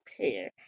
pair